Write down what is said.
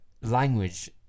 language